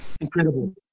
incredible